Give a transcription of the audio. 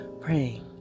praying